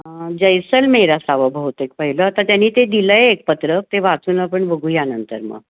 जैसलमेर असावं बहुतेक पहिलं आता त्यांनी ते दिलं आहे एक पत्र ते वाचून आपण बघूया नंतर मग